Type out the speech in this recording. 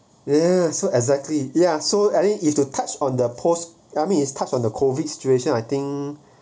ya so exactly yeah so I mean if you touched on the post I mean is touch on the COVID situation I think